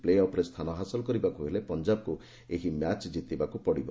ପ୍ରେ ଅଫ୍ରେ ସ୍ଥାନ ହାସଲ କରିବାକ୍ ହେଲେ ପଞ୍ଜାବକ୍ ଏହି ମ୍ୟାଚ୍ ଜିତିବାକ୍ ପଡ଼ିବ